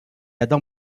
adam